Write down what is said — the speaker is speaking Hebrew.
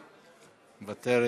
מוותרת,